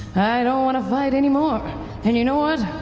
i don't want to fight anymore and you know what?